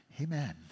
Amen